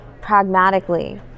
pragmatically